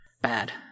Bad